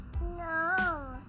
No